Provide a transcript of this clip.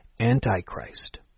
Antichrist